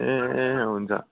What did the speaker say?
ए ए हुन्छ